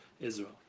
Israel